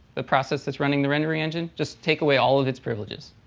the process that's running the rendering engine, just take away all of its privileges.